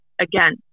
again